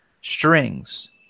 strings